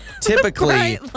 typically